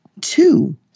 Two